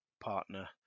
partner